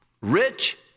Rich